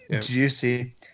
Juicy